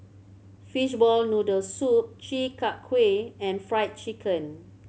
fishball noodle soup Chi Kak Kuih and Fried Chicken